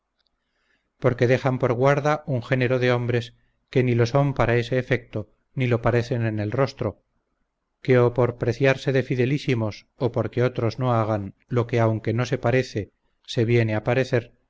porque dejan por guarda un genero de hombres que ni lo son para ese efecto ni lo parecen en el rostro que o por preciarse de fidelísimos o porque otros no hagan lo que aunque no se parece se viene a parecer